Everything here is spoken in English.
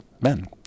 men